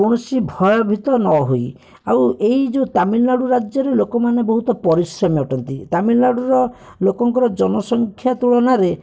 କୌଣସି ଭୟଭୀତ ନ ହୋଇ ଆଉ ଏଇ ଯୋଉ ତାମିଲନାଡ଼ୁ ରାଜ୍ୟରେ ଲୋକମାନେ ବହୁତ ପରିଶ୍ରମୀ ଅଟନ୍ତି ତାମିଲନାଡ଼ୁର ଲୋକଙ୍କର ଜନସଂଖ୍ୟା ତୁଳନାରେ